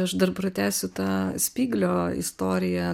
aš dar pratęsiu tą spyglio istoriją